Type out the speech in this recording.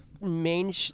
main